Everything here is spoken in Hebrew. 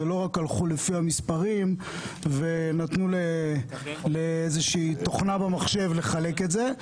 זה לא רק הלכו לפי המספרים ונתנו לאיזושהי תוכנה במחשב לחלק את זה,